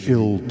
Ill